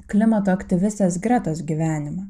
klimato aktyvistės gretos gyvenimą